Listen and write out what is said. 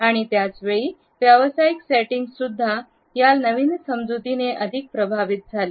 आणि त्याच वेळी व्यावसायिक सेटिंग्ज सुद्धा या नवीन समजुतीने अधिक प्रभावित झाला